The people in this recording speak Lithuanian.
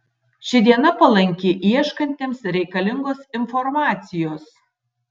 ši diena palanki ieškantiems reikalingos informacijos